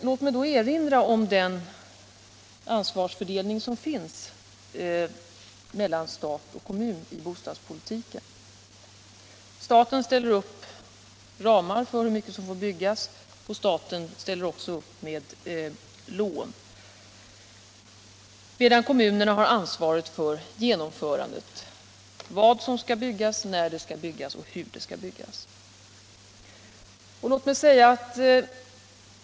Låt mig dock erinra om den ansvarsfördelning mellan stat och kommun som finns i bostadspolitiken. Staten ställer upp ramar för hur mycket som får byggas och ställer även upp med lån medan kommunerna har ansvaret för genomförandet, dvs. vad som skall byggas samt när och hur det skall ske.